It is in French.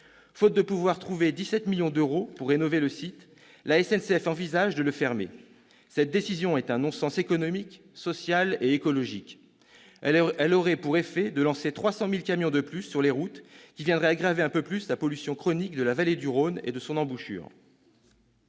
Faute de pouvoir trouver 17 millions d'euros pour rénover le site, la SNCF envisage de le fermer. Cette décision est un non-sens économique, social et écologique. Elle aurait pour effet de lancer 300 000 camions de plus sur les routes, ce qui viendrait aggraver un peu plus la pollution chronique de la vallée du Rhône et de son embouchure.